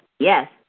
Yes